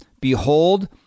Behold